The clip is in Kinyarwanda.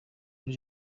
muri